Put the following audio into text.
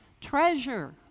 Treasure